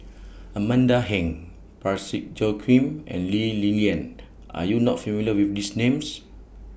Amanda Heng Parsick Joaquim and Lee Li Lian Are YOU not familiar with These Names